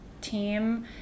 team